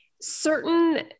certain